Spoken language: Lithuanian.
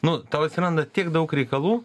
nu tau atsiranda tiek daug reikalų